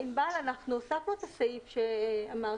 ענבל, אנחנו הוספנו את הסעיף שאמרת.